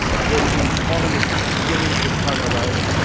ah with the economy beginning to turn around,